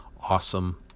awesome